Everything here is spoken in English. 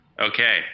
Okay